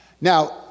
Now